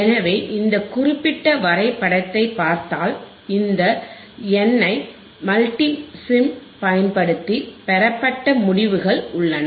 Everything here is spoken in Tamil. எனவே இந்த குறிப்பிட்ட வரைபடத்தைப் பார்த்தால் இந்த என்ஐ மல்டிசிம் பயன்படுத்தி பெறப்பட்ட முடிவுகள் உள்ளன